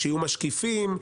שיהיו משקיפים,